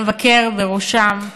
והמבקר בראשם,